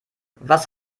was